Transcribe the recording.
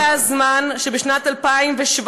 הגיע הזמן שבשנת 2017,